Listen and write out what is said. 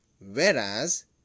Whereas